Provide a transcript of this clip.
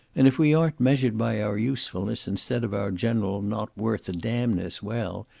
and if we aren't measured by our usefulness instead of our general not-worth-a-damn-ness, well,